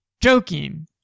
Joking